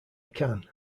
can